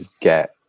get